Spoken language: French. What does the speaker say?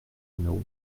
numéro